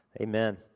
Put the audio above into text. amen